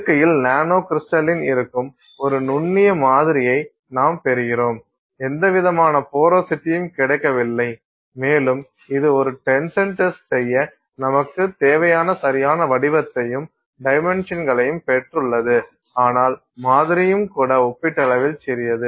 இயற்கையில் நானோகிரிஸ்டலின் இருக்கும் ஒரு நுண்ணிய மாதிரியை நாம் பெறுகிறோம் அதற்குள் ஆக்சைடுகள் எதுவும் கிடைக்கவில்லை அதற்கு உள்ளே எந்தவிதமான போரோசிட்டியும் கிடைக்கவில்லை மேலும் இது ஒரு டென்ஷன் டெஸ்ட் செய்ய நமக்கு தேவையான சரியான வடிவத்தையும் டைமென்ஷன்கலையும் பெற்றுள்ளது ஆனால் மாதிரியும் கூட ஒப்பீட்டளவில் சிறியது